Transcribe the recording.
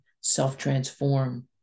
self-transform